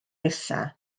nesaf